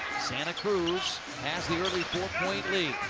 santa cruz has the early four-point lead.